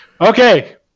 Okay